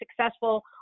successful